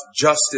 justice